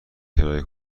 کرایه